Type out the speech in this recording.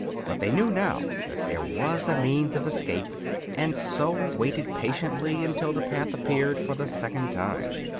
but they knew now that there was a means of escape and so waited patiently until the path appeared for the second time.